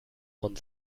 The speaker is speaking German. von